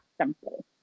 simple